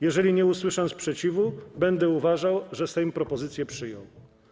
Jeżeli nie usłyszę sprzeciwu, będę uważał, że sejm propozycję przyjął.